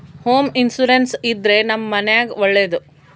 home insurance ಇದ್ರೆ ನಮ್ ಮನೆಗ್ ಒಳ್ಳೇದು